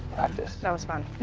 practice. that was fun.